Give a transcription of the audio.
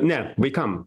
ne vaikam